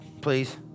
Please